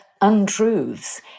untruths